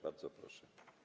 Bardzo proszę.